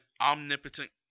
omnipotent